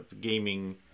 gaming